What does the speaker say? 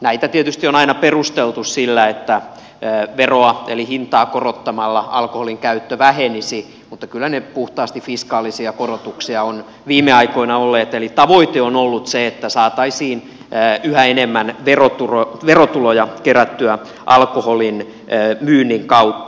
näitä tietysti on aina perusteltu sillä että veroa eli hintaa korottamalla alkoholinkäyttö vähenisi mutta kyllä ne puhtaasti fiskaalisia korotuksia ovat viime aikoina olleet eli tavoite on ollut se että saataisiin yhä enemmän verotuloja kerättyä alkoholin myynnin kautta